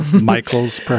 Michael's